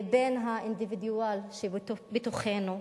לבין האינדיבידואל שבתוכנו.